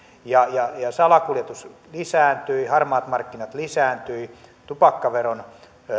ja salakuljetus lisääntyi harmaat markkinat lisääntyivät tupakkaveron